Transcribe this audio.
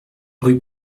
rue